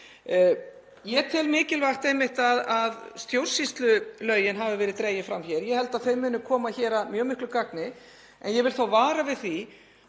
Ég tel mikilvægt að stjórnsýslulögin hafi verið dregin fram hér. Ég held að þau muni koma hér að mjög miklu gagni. Ég vil þó vara við því